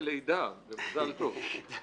זה לידה ומזל טוב.